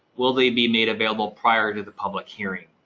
will they be made available prior to the public hearing?